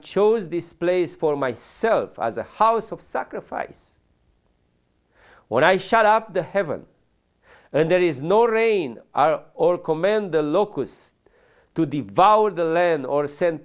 chose this place for myself as a house of sacrifice when i showed up to heaven and there is no rain are all commend the locus to devour the land or send